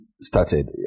started